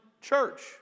church